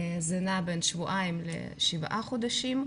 זה נע בין שבועיים לשבעה חודשים.